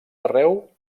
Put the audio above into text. arreu